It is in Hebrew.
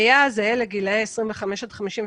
הם לא עשו מתחת לגיל 7 היה זהה לגילאי 25 עד 59,